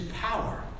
power